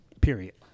period